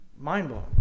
mind-blowing